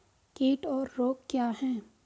कीट और रोग क्या हैं?